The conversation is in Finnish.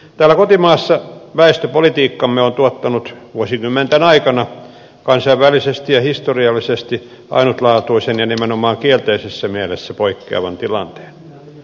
täällä kotimaassa väestöpolitiikkamme on tuottanut vuosikymmenten aikana kansainvälisesti ja historiallisesti ainutlaatuisen ja nimenomaan kielteisessä mielessä poikkeavan tilanteen